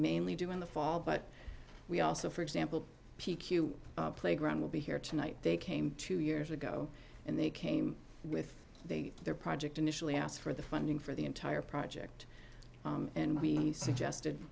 mainly do in the fall but we also for example p q playground will be here tonight they came two years ago and they came with the their project initially asked for the funding for the entire project and we